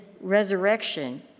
resurrection